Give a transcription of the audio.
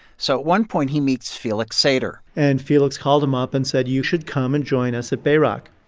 so at one point, he meets felix sater and felix called him up and said, you should come and join us at bayrock.